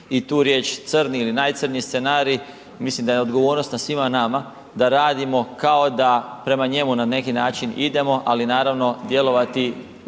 i tu riječ crni ili najcrnji scenarij mislim da je odgovornost na svima nama da radimo kao da prema njemu na neki način idemo, ali naravno djelovati